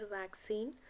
vaccine